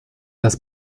las